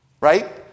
Right